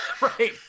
Right